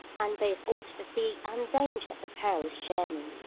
and brave all the fatigue and danger of a perilous journey.